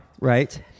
right